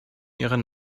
ihre